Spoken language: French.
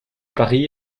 paris